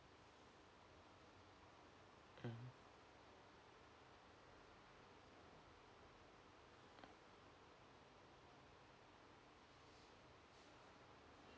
mm